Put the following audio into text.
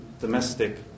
domestic